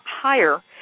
higher